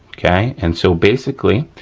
okay. and so basically,